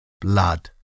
blood